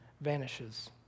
vanishes